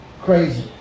crazy